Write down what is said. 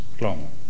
long